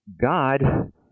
God